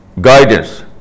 guidance